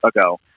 ago